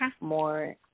more